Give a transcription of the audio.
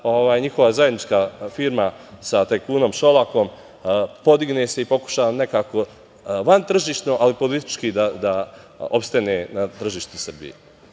njihova zajednička firma sa tajkunom Šolakom podigne se i pokuša nekako vantržišno, ali politički da opstanke na tržištu Srbije.